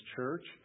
church